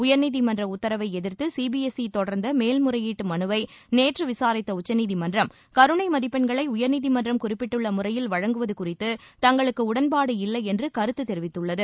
உயர்நீதிமன்ற உத்தரவை எதிர்த்து சிபிஎஸ்ஈ தொடர்ந்த மேல் முறையீட்டு மனுவை நேற்று விசாரித்த உச்சநீதிமன்றம் கருணை மதிப்பெண்களை உயர்நீதிமன்றம் குறிப்பிட்டுள்ள முறையில் வழங்குவது குறித்து தங்களுக்கு உடன்பாடு இல்லையென்று கருத்து தெரிவித்தது